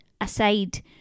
aside